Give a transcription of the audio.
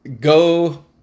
Go